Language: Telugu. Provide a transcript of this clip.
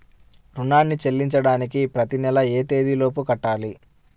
రుణాన్ని చెల్లించడానికి ప్రతి నెల ఏ తేదీ లోపు కట్టాలి?